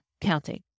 counting